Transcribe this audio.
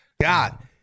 God